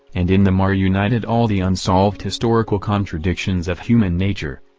and in them are united all the unsolved historical contradictions of human nature.